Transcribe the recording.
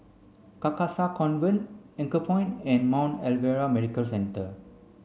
Carcasa Convent Anchorpoint and Mount Alvernia Medical Centre